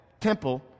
temple